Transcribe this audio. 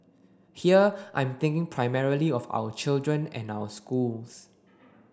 here I'm thinking primarily of our children and our schools